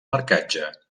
marcatge